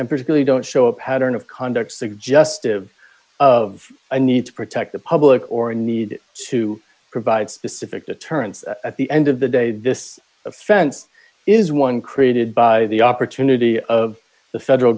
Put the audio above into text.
and particularly don't show a pattern of conduct suggestive of i need to protect the public or a need to provide specific deterrence at the end of the day this offense is one created by the opportunity of the federal